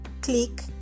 Click